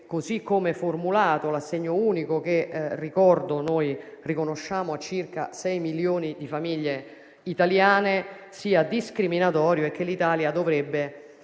così come formulato - ricordo che lo riconosciamo a circa 6 milioni di famiglie italiane - sia discriminatorio e che l'Italia dovrebbe